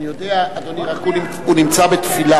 אני יודע, אדוני, רק, הוא נמצא בתפילה.